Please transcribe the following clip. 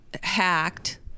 hacked